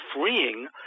freeing